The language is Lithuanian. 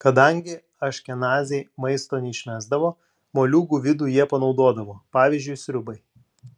kadangi aškenaziai maisto neišmesdavo moliūgų vidų jie panaudodavo pavyzdžiui sriubai